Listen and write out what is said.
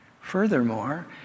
Furthermore